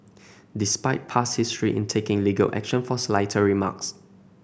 despite past history in taking legal action for slighter remarks